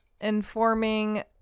informing